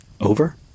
over